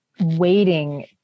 waiting